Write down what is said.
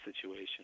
situation